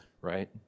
right